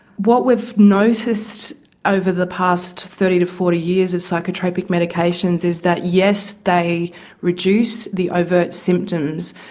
what we've noticed over the past thirty to forty years of psychotropic medications is that yes, they reduce the overt symptoms,